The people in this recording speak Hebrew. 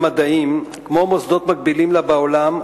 כמו מוסדות מקבילים לה בעולם,